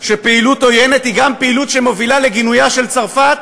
שפעילות עוינת היא גם פעילות שמובילה לגינויה של צרפת